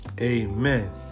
Amen